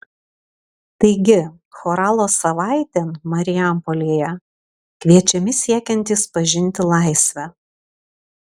taigi choralo savaitėn marijampolėje kviečiami siekiantys pažinti laisvę